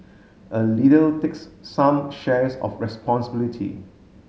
a leader takes some shares of responsibility